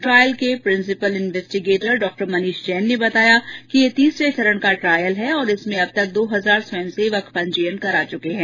trial के principal investigator डॉ मनीष जैने ने बताया कि यह तीसरे चरण का ट्रायल है तथा इसमें अब तक दो हजार स्वयंसेवक पंजीयन करा चुके हैं